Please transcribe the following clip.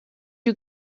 you